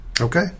Okay